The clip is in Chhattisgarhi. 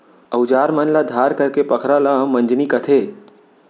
अउजार मन ल धार करेके पखरा ल मंजनी कथें